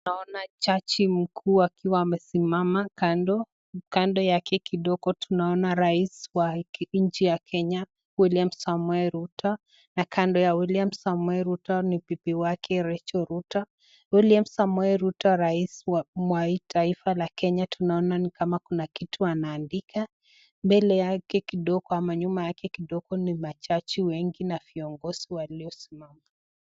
Naona jaji mkuu akiwa amesimama kando. Kando yake kidogo tunaona rais wa nchi ya Kenya William Samoei Ruto na kando ya William Samoei Ruto ni bibi yake Rachel Ruto. William Samoei Ruto rais wa taifa la Kenya tunaona ni kama kuna kitu anaandika. Mbele yake kidogo ama nyuma yake kidogo ni majaji wengi na viongozi waliosimama.